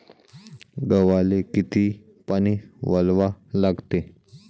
गव्हाले किती पानी वलवा लागते?